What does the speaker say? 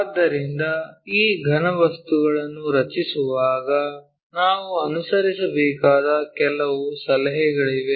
ಆದ್ದರಿಂದ ಈ ಘನವಸ್ತುಗಳನ್ನು ರಚಿಸುವಾಗ ನಾವು ಅನುಸರಿಸಬೇಕಾದ ಕೆಲವು ಸಲಹೆಗಳಿವೆ